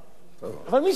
אבל מי שכתב את זה,